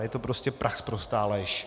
Je to prostě prachsprostá lež.